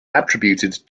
attributed